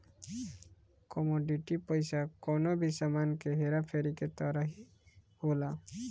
commodity पईसा कवनो भी सामान के हेरा फेरी के तरही होला